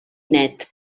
net